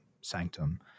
sanctum